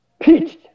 pitched